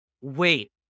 Wait